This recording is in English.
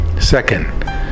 Second